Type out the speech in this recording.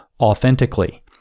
authentically